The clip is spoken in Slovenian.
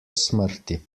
smrti